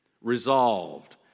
Resolved